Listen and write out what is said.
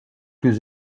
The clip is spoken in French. plus